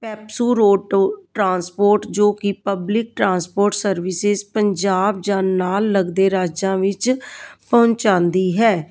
PEPSU road ਟੋ transport ਜੋ ਕਿ ਪਬਲਿਕ ਟਰਾਂਸਪੋਰਟ ਸਰਵਿਸਿਸ ਪੰਜਾਬ ਜਾਂ ਨਾਲ ਲੱਗਦੇ ਰਾਜਾਂ ਵਿੱਚ ਪਹੁੰਚਾਉਂਦੀ ਹੈ